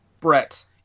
Brett